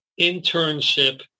internship